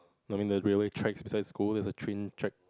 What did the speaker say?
no I mean the railway tracks beside school there's a train track